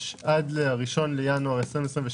יש עד 1 בינואר 2022,